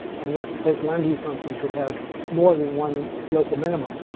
and that potential energy function could have more than one local minimum.